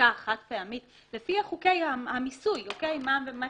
פעמית לפי חוקי המיסוי על כל